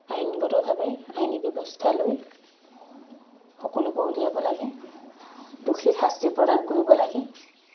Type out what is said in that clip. আইনগতভাৱে আইনী ব্যৱস্থা লৈ সকলোবোৰ উলিয়াব লাগে দোষীক শাস্তি প্ৰদান কৰিব লাগে